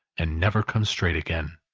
and never come straight again.